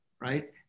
right